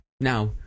Now